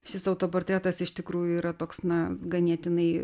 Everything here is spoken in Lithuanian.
šis autoportretas iš tikrųjų yra toks na ganėtinai